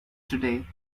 today